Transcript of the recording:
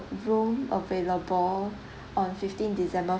room available on fifteen december